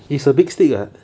it's a big stick [what]